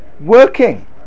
working